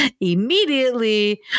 immediately